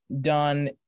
done